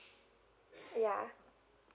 yeah